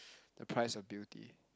the price of beauty